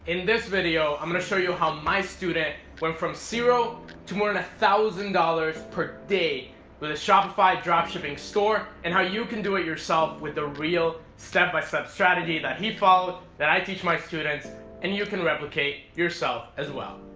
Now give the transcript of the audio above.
in this video i'm gonna show you how my student went from zero to more than and a thousand dollars per day with a shopify dropshipping store and how you can do it yourself with the real step-by-step strategy that he followed that i teach my students and you can replicate yourself as well.